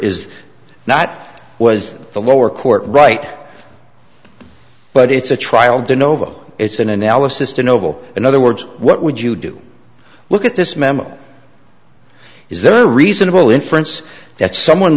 is not was the lower court right but it's a trial do novo it's an analysis to noble in other words what would you do look at this memo is there a reasonable inference that someone